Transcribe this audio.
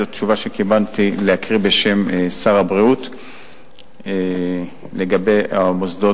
זאת תשובה שקיבלתי לקרוא בשם שר הבריאות לגבי המוסדות